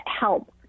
help